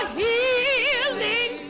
healing